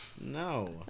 No